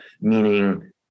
meaning